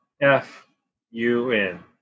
F-U-N